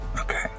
Okay